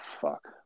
fuck